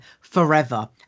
forever